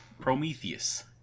Prometheus